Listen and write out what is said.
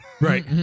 right